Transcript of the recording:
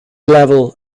level